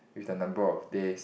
with the number of this